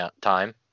time